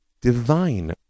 divine